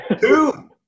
Two